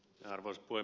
kyllä ed